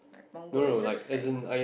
Punggol it's just very